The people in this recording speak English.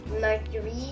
Mercury